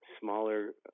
smaller